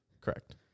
correct